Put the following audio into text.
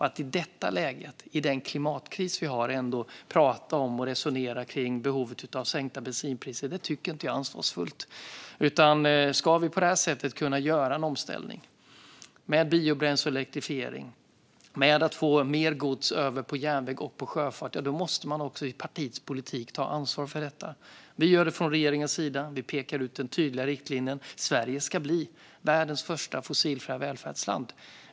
Att i detta läge, i den klimatkris vi har, prata om och resonera kring behovet av sänkta bensinpriser tycker jag inte är ansvarsfullt. Ska vi kunna göra en omställning med biobränsle och elektrifiering och få över mer gods på järnväg och sjöfart måste man också i partiets politik ta ansvar för detta. Vi gör det från regeringens sida. Vi pekar ut den tydliga riktlinjen: Sverige ska bli världens första fossilfria välfärdsland.